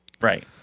Right